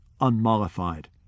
unmollified